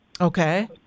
Okay